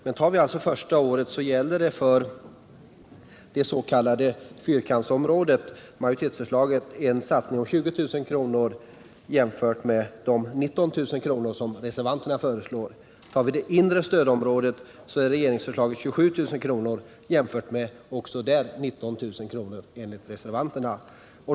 När det gäller det första året innebär majoritetsförslaget för det s.k. fyrkantsområdet en satsning omfattande 20 000 kr. jämfört med 19 000 kr. som reservanterna föreslår. För det inre stödområdet blir det enligt regeringsförslaget 27 000 kr. jämfört med också där 19000 kr. enligt reservanterna.